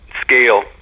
scale